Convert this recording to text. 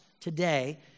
today